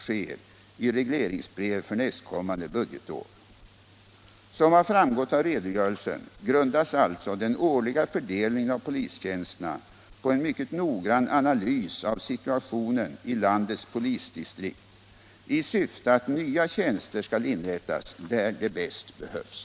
Som har framgått av redogörelsen grundas alltså den årliga fördelningen av polistjänsterna på en mycket noggrann analys av situationen i landets polisdistrikt i syfte att nya tjänster skall inrättas där de bäst behövs.